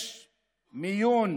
יש מיון